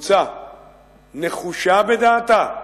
קבוצה נחושה בדעתה